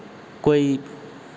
कोई